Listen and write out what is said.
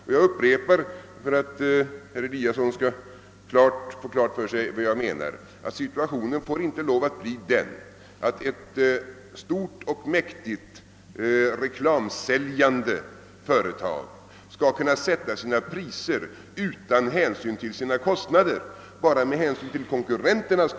För att herr Eliasson skall få klart för sig vad jag menar upprepar jag, att situationen inte får bli den, att ett stort och mäktigt reklamsäljande företag skall kunna sätta sina priser utan hänsyn till sina kostnader, bara med hänsyn till konkurrenternas.